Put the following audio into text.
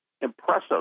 impressive